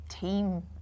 team